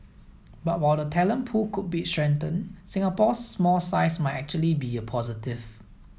but while the talent pool could be strengthened Singapore's small size might actually be a positive